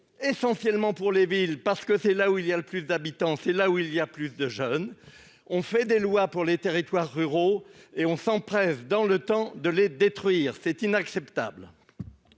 essentiellement pour les villes parce que c'est là où il y a le plus d'habitants, c'est là où il y a plus de jeunes, on fait des lois pour les territoires ruraux et on s'empresse dans le temps de les détruire, c'est inacceptable.